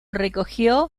recogió